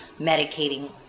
medicating